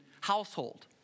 household